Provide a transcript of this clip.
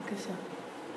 בבקשה.